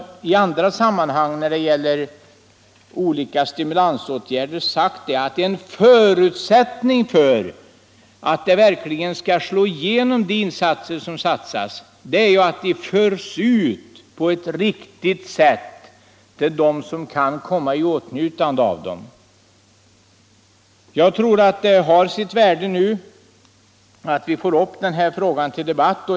I andra sammanhang, där det har gällt olika stimulansåtgärder, har jag sagt att en förutsättning för att de insatser som görs verkligen skall slå igenom är att de förs ut på ett riktigt sätt till dem som kan komma i åtnjutande av stödet. Det har säkert sitt värde att vi nu får upp denna fråga till debatt.